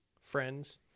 Friends